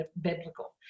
biblical